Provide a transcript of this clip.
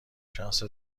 شخص